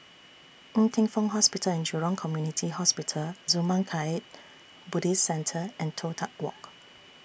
Ng Teng Fong Hospital and Jurong Community Hospital Zurmang Kagyud Buddhist Centre and Toh Tuck Walk